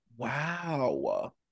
Wow